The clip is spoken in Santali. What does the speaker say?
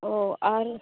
ᱚ ᱟᱨ